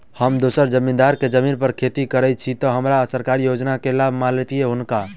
हम दोसर जमींदार केँ जमीन पर खेती करै छी तऽ की हमरा सरकारी योजना केँ लाभ मीलतय या हुनका?